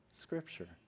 Scripture